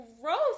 gross